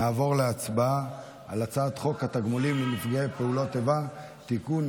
נעבור להצבעה על הצעת חוק התגמולים לנפגעי פעולות איבה (תיקון,